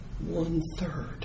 One-third